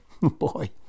boy